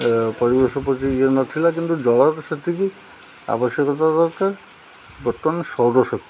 ପରିବେଶ ପ୍ରତି ଇଏ ନଥିଲା କିନ୍ତୁ ଜଳର ସେତିକି ଆବଶ୍ୟକତା ଦରକାର ବର୍ତ୍ତମାନ ସୌର ଶକ୍ତି